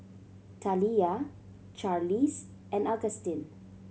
Taliyah Charlize and Agustin